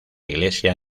iglesia